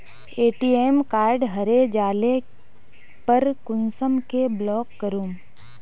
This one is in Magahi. ए.टी.एम कार्ड हरे जाले पर कुंसम के ब्लॉक करूम?